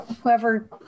whoever